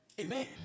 amen